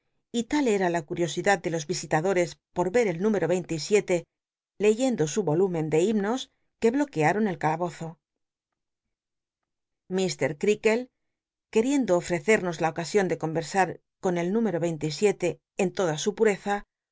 y tal em la curiosidad de los visil ulores por i'ci al núrncro veinte y siete leyendo su o ll mcn de himnos c uc bloque ll'on el calabozo ir crcakle queriendo ofrccernos la ocasion de con'crsar con el nr'rmero ycinle y si ele en toda su pnrcza